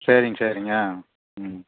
சரிங்க சரிங்க ஆ ம்